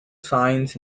signs